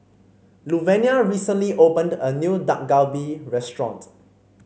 Luvenia recently opened a new Dak Galbi restaurant